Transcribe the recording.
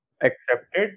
accepted